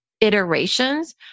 iterations